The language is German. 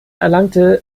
erlangte